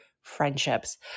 friendships